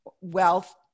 wealth